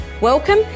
Welcome